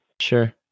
Sure